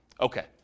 Okay